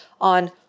on